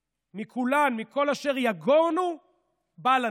מכולן, מכל אשר יגורנו בא לנו: